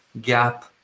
gap